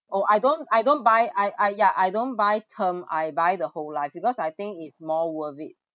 oh I don't I don't buy I I ya I don't buy term I buy the whole life because I think it's more worth it